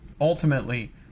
ultimately